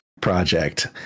project